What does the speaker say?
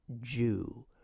Jew